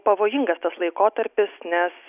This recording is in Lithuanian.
pavojingas tas laikotarpis nes